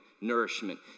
nourishment